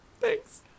Thanks